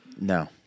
No